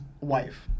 wife